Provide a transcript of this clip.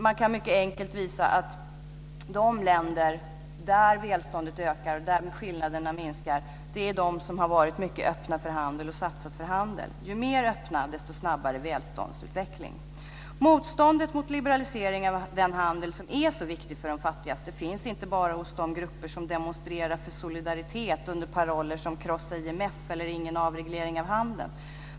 Man kan mycket enkelt visa att de länder där välståndet ökar och skillnaderna minskar är de som varit mycket öppna för handel och satsat på handel. Ju mer öppna, desto snabbare välståndsutveckling. Motståndet mot liberaliseringen av den handel som är så viktig för de fattigaste finns inte bara hos de grupper som demonstrerar för solidaritet under paroller som "Krossa IMF" eller "Ingen avgreglering av handeln".